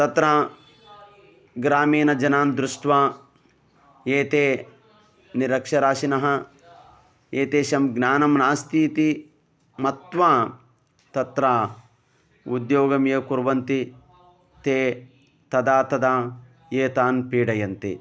तत्र ग्रामीणजनान् दृष्ट्वा एते निरक्षराशिनः एतेषां ज्ञानं नास्ति इति मत्वा तत्र उद्योगमेव कुर्वन्ति ते तदा तदा एतान् पीडयन्ति